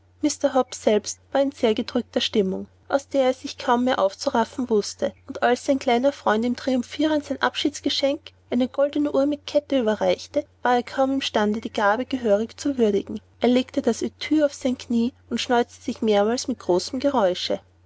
mr hobbs selbst war in sehr gedrückter stimmung aus der er sich kaum mehr aufzuraffen wußte und als sein kleiner freund ihm triumphierend sein abschiedsgeschenk eine goldne uhr mit kette überreichte war er kaum im stande die gabe gehörig zu würdigen er legte das etui auf sein knie und schneuzte sich mehrmals mit großem geräusche